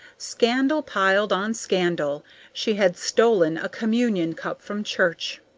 scandal piled on scandal she had stolen a communion cup from church!